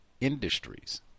industries